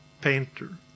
Painter